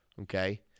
Okay